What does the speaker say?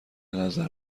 نظر